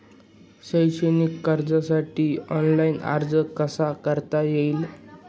शैक्षणिक कर्जासाठी ऑनलाईन अर्ज कसा करता येईल?